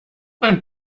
ein